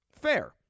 Fair